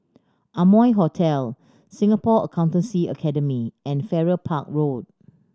Amoy Hotel Singapore Accountancy Academy and Farrer Park Road